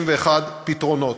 631 פתרונות,